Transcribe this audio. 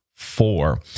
four